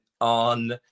on